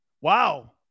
Wow